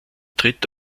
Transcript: tritt